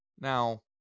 Now